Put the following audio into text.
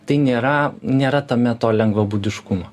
tai nėra nėra tame to lengvabūdiškumo